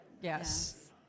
Yes